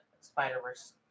Spider-Verse